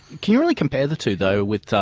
can you really compare the two though with,